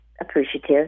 appreciative